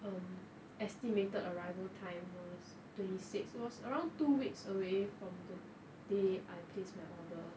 um estimated arrival time was twenty six it was around two weeks away from the day I place my order